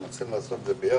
אני רוצה לעשות את זה ביחד,